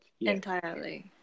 Entirely